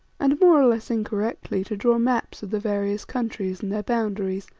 and, more or less incorrectly, to draw maps of the various countries and their boundaries,